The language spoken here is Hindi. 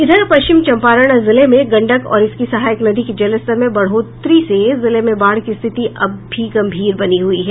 इधर पश्चिम चंपारण जिले में गंडक और इसकी सहायक नदी के जलस्तर में बढ़ोतरी से जिले में बाढ़ की स्थिति अब भी गंभीर बनी हुई है